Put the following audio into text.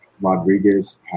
Rodriguez